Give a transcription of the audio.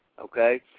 okay